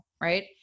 right